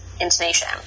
Intonation